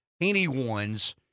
anyone's